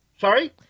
sorry